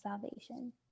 salvation